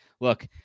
look